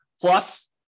Plus